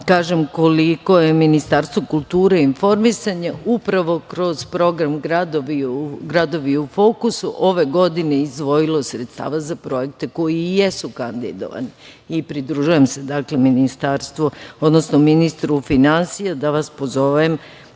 kažem koliko je Ministarstvo kulture i informisanja upravo kroz program „Gradovi u fokusu“ ove godine izdvojilo sredstava za projekte koji jesu kandidovani. Pridružujem se ministru finansija i želim da vas pozovem